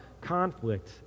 conflict